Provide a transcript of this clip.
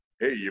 Hey